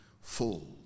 full